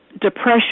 depression